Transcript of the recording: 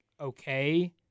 okay